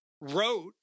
wrote